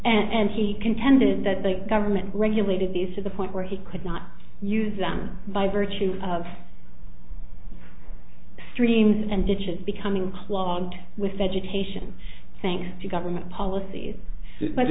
and he contended that the government regulated these to the point where he could not use them by virtue of streams and ditches becoming clogged with vegetation thanks to government policies but